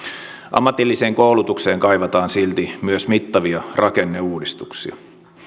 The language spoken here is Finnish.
ammatilliseen koulutukseen kaivataan silti myös mittavia rakenneuudistuksia